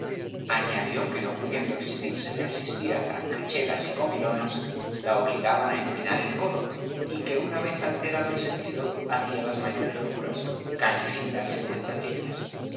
añadió que no pudiendo eximirse de asistir á francachelas y comilonas la obligaban á empinar el codo y que una vez alterado el sentido hacía las mayores locuras casi sin darse cuenta de ellas